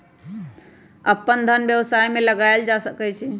अप्पन धन व्यवसाय में लगायल जा सकइ छइ